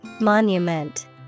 Monument